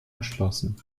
erschlossen